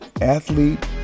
athlete